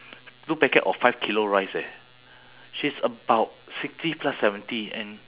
two packet of five kilo rice eh she's about sixty plus seventy and